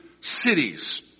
cities